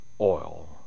oil